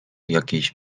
jakiejś